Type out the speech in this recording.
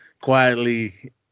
quietly